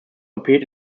appeared